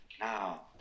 Now